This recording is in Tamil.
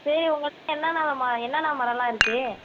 சரி உங்கள்க் கிட்டே என்னென்னா என்னென்னா மரமெல்லாம் இருக்குது